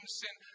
sin